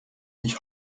ich